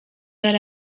yari